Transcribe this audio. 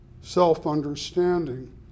self-understanding